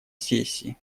сессии